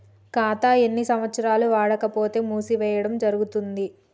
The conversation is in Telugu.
ఖాతా ఎన్ని సంవత్సరాలు వాడకపోతే మూసివేయడం జరుగుతుంది?